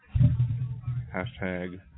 Hashtag